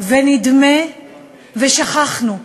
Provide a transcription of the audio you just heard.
ונדמה ששכחנו.